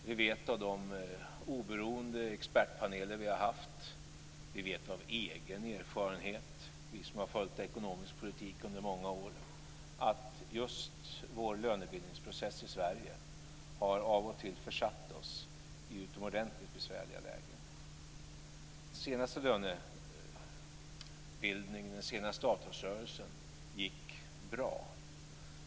Vi vet av de oberoende expertpaneler som vi haft, och vi som följt ekonomisk politik under många år vet av egen erfarenhet, att just lönebildningsprocessen i Sverige av och till har försatt oss i utomordentligt besvärliga lägen. Den senaste avtalsrörelsen gick bra.